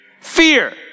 Fear